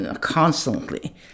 constantly